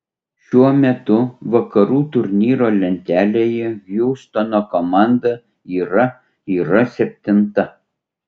šiuo metu vakarų turnyro lentelėje hjustono komanda yra yra septinta